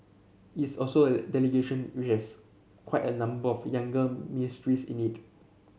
it's also a delegation which has quite a number of younger ministers in it